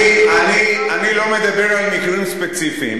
אני לא מדבר על מקרים ספציפיים,